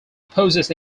opposes